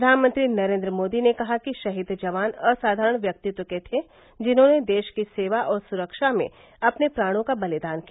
प्रधानमंत्री नरेन्द्र मोदी ने कहा कि शहीद जवान असाधारण व्यक्तित्व के थे जिन्होंने देश की सेवा और सुरक्षा में अपने प्राणों का बलिदान किया